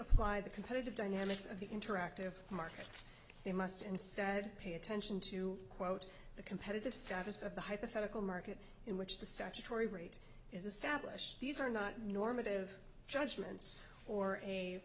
apply the competitive dynamics of the interactive market they must instead pay attention to quote the competitive status of the hypothetical market in which the statutory rate is established these are not normative judgments or a